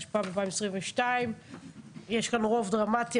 התשפ"ב 2022. יש כאן רוב דרמטי,